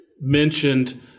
mentioned